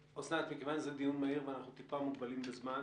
מכיוון שזה דיון מהיר ואנחנו מוגבלים בזמן,